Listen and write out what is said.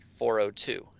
402